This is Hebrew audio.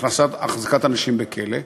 החזקת אנשים בכלא,